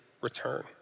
return